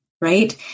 right